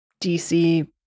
DC